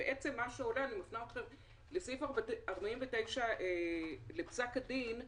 בעצם מה שעולה בסעיף 49 בפסק הדין,